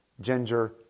ginger